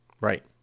right